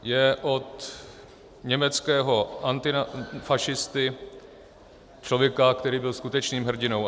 Je od německého antifašisty, člověka, který byl skutečným hrdinou.